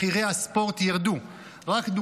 מחירי שידורי הספורט ירדו.